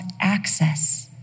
access